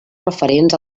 referents